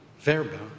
Verba